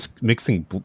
mixing